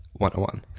101